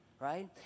Right